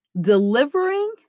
delivering